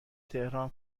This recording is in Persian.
تهران